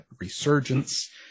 Resurgence